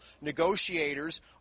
negotiators